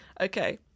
Okay